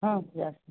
हाँ भईया